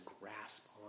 grasp